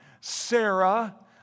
Sarah